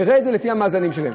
נראה את זה לפי המאזנים שלהם.